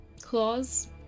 claws